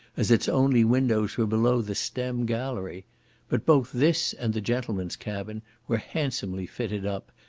as its only windows were below the stem gallery but both this and the gentlemen's cabin were handsomely fitted up,